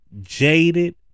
jaded